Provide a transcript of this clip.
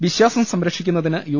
വിശ്വാസം സംരക്ഷിക്കുന്നതിന് യു